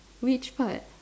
which part